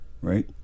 right